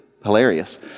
hilarious